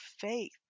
faith